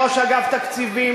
ראש אגף תקציבים,